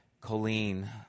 Colleen